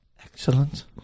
Excellent